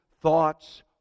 thoughts